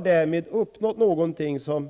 Därmed har man uppnått det som